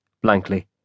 blankly